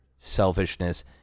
selfishness